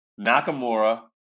Nakamura